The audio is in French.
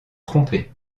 trompez